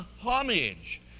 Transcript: homage